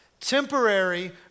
Temporary